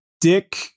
Dick